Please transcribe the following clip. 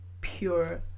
pure